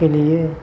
गेलेयो